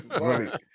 Right